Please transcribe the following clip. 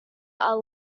are